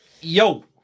Yo